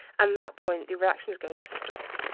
and that point, the reactant is going to stop.